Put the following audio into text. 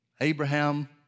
Abraham